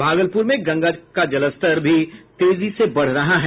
भागलपुर में गंगा का जलस्तर भी तेजी से बढ़ रहा है